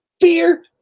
fear